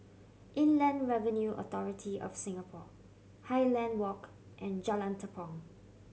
Inland Revenue Authority of Singapore Highland Walk and Jalan Tepong